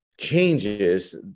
changes